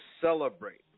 celebrate